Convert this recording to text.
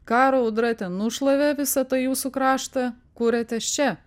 karo audra ten nušlavė visą tą jūsų kraštą kuriatės čia